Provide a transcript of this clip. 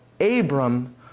Abram